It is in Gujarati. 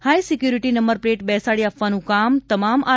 હાઈ સિક્યોરીટી નંબર પ્લેટ બેસાડી આપવાનું કામ તમામ આર